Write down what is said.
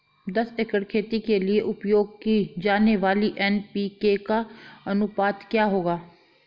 दस एकड़ खेती के लिए उपयोग की जाने वाली एन.पी.के का अनुपात क्या होगा?